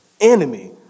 enemy